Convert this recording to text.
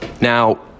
Now